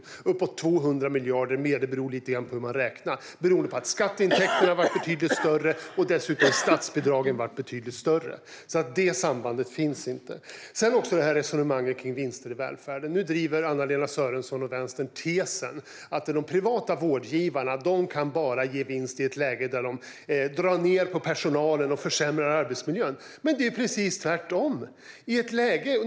Det var uppåt 200 miljarder mer, lite beroende på hur man räknar, för att både skatteintäkterna och statsbidragen blev betydligt större. Det sambandet finns alltså inte. När det gäller resonemanget om vinster i välfärden driver Anna-Lena Sörenson och Vänstern tesen att de privata vårdgivarna bara kan ge vinst i ett läge då de drar ned på personalen och försämrar arbetsmiljön. Men det är precis tvärtom.